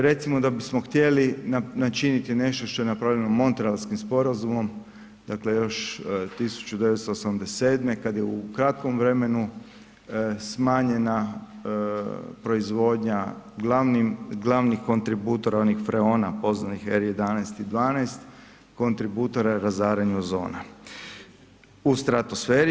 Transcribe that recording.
Recimo da bismo htjeli načiniti nešto što je napravljeno Montrealskim sporazumom dakle još 1987. kad je u kratkom vremenu smanjena proizvodnja glavnih kontributora onih freona poznanih R 11 i 12, kontributora razaranju ozona u stratosferi.